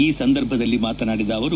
ಈ ಸಂದರ್ಭದಲ್ಲಿ ಮಾತನಾಡಿದ ಅವರು